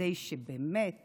כדי שבאמת